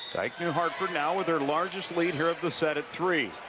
dyke new hartford now with their largest lead here of the set at three